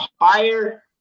higher